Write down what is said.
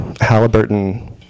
Halliburton